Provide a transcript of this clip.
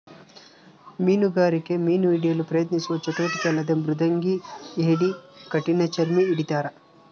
ಮೀನುಗಾರಿಕೆ ಮೀನು ಹಿಡಿಯಲು ಪ್ರಯತ್ನಿಸುವ ಚಟುವಟಿಕೆ ಅಲ್ಲದೆ ಮೃದಂಗಿ ಏಡಿ ಕಠಿಣಚರ್ಮಿ ಹಿಡಿತಾರ